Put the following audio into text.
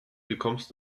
bekommst